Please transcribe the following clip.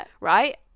right